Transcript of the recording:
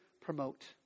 promote